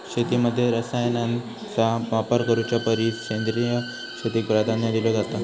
शेतीमध्ये रसायनांचा वापर करुच्या परिस सेंद्रिय शेतीक प्राधान्य दिलो जाता